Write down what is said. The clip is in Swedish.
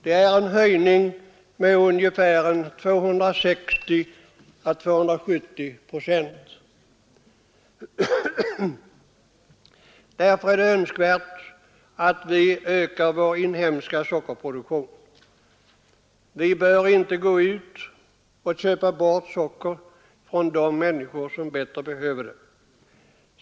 Det är en höjning med 260 å 270 procent. Det är därför önskvärt att vi ökar vår inhemska sockerproduktion. Vi bör inte köpa bort socker från de människor som bättre behöver det.